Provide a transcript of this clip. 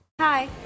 Hi